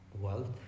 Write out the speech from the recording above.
wealth